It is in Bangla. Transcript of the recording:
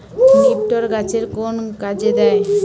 নিপটর গাছের কোন কাজে দেয়?